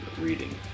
reading